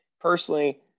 personally